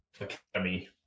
Academy